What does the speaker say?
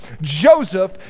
Joseph